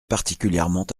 particulièrement